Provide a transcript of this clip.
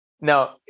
Now